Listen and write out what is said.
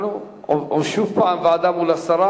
אנחנו שוב ועדה מול הסרה,